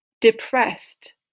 depressed